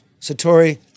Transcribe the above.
Satori